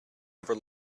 never